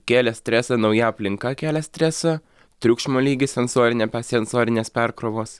kėlė stresą nauja aplinka kelia stresą triukšmo lygis sensorinė sensorinės perkrovos